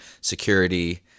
security